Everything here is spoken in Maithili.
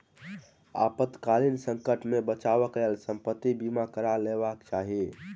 आपातकालीन संकट सॅ बचावक लेल संपत्ति बीमा करा लेबाक चाही